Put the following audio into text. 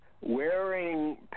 wearing